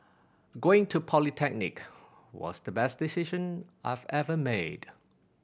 going to polytechnic was the best decision I've ever made